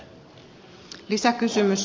arvoisa puhemies